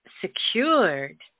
secured